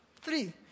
three